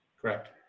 correct